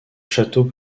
château